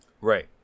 Right